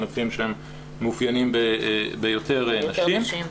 ענפים שמאופיינים ביותר נשים.